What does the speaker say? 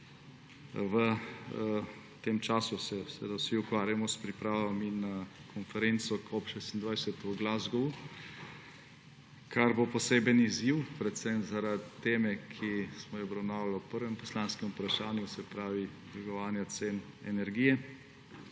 V tem času se vsi ukvarjamo s pripravami na konferenco COP26 v Glasgowu, kar bo poseben izziv predvsem zaradi teme, ki smo jo obravnavali v prvem poslanskem vprašanju, se pravi dvigovanje cen energije,